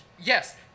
yes